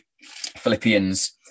Philippians